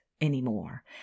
anymore